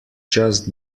just